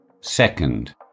Second